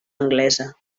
anglesa